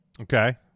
Okay